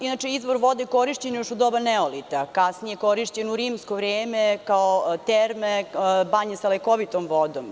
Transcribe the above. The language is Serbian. Inače, izvor vode korišćen je još u doba neolita, kasnije korišćen u rimsko vreme kao banja sa lekovitom vodom.